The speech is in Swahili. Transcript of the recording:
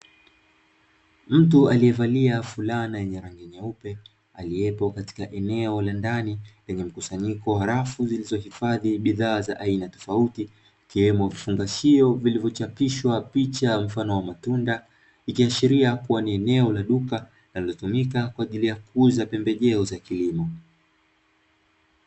Mtu aliyevalia fulana yenye rangi nyeupe, aliyepo katika eneo la ndani lenye mkusanyiko wa rafu zabidhaa za aina tofautitofauti ikiwemo vifungashio, vilivyochapishwa picha mfano wa aina ya matunda ikiashiria kuwa ni eneo la duka linalotumika kwaajili ya kuuza pembejeo za kilimo.